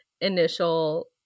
initial